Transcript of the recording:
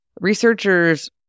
researchers